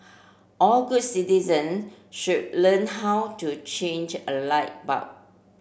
all good citizen should learn how to change a light bulb